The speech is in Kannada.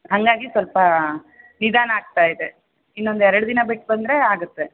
ಹಾಗಾಗಿ ಸ್ವಲ್ಪ ನಿಧಾನ ಆಗ್ತಾ ಇದೆ ಇನ್ನೊಂದು ಎರಡು ದಿನ ಬಿಟ್ಟು ಬಂದರೆ ಆಗತ್ತೆ